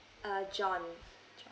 uh john john